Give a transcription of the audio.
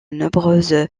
nombreuses